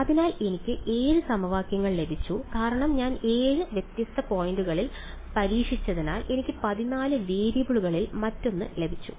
അതിനാൽ എനിക്ക് 7 സമവാക്യങ്ങൾ ലഭിച്ചു കാരണം ഞാൻ 7 വ്യത്യസ്ത പോയിന്റുകളിൽ പരീക്ഷിച്ചതിനാൽ എനിക്ക് 14 വേരിയബിളുകളിൽ മറ്റൊന്ന് ലഭിച്ചു